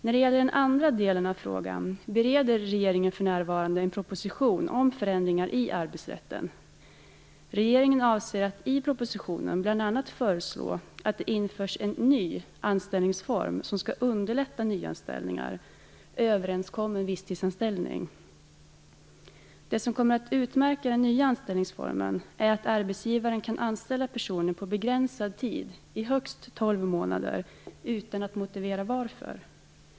När det gäller den andra delen av frågan bereder regeringen för närvarande en proposition om förändringar i arbetsrätten. Regeringen avser att i propositionen bl.a. föreslå att det införs en ny anställningsform som skall underlätta nyanställningar, överenskommen visstidsanställning. Det som kommer att utmärka den nya anställningsformen är att arbetsgivaren kan anställa personer på begränsad tid i högst tolv månader utan att motivera varför.